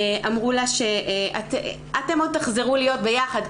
אמרו לה שהם עוד יחזרו להיות ביחד.